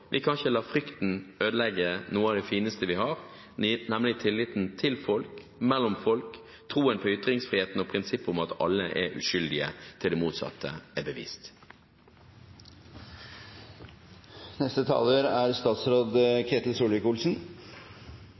Vi kan ikke la frykten ødelegge noe av det fineste vi har, nemlig tilliten til folk og mellom folk, troen på ytringsfriheten og prinsippet om at alle er uskyldige til det motsatte er